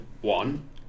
One